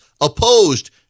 opposed